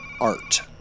art